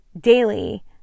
daily